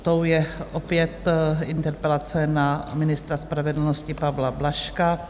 Tou je opět interpelace na ministra spravedlnosti Pavla Blažka.